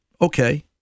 Okay